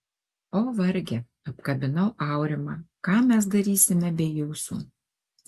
o varge apkabinau aurimą ką mes darysime be jūsų